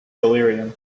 delirium